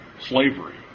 slavery